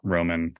Roman